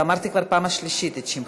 אמרתי כבר בפעם השלישית את שמך.